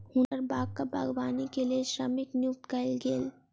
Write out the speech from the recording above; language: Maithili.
हुनकर बागक बागवानी के लेल श्रमिक नियुक्त कयल गेल